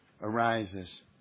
arises